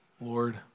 Lord